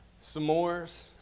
S'mores